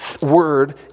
word